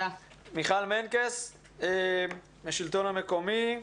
סמנכ"לית חינוך בשלטון המקומי,